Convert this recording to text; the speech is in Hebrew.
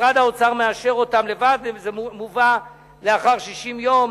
משרד האוצר מאשר אותם לבדו, זה מובא לאחר 60 יום,